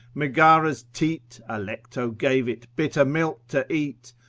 megara's teat, alecto gave it bitter milk to eat.